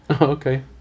Okay